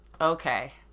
Okay